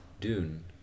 Dune